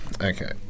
Okay